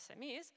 SMEs